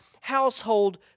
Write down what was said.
household